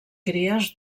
cries